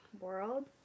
world